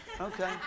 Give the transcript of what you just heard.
okay